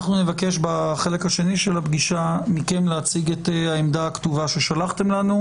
אנחנו נבקש מכם בחלק השני של הפגישה להציג את העמדה הכתובה ששלחתם לנו,